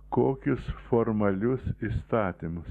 kokius formalius įstatymus